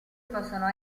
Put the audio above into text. possono